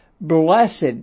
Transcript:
Blessed